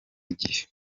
igihe